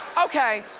okay,